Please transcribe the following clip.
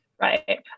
Right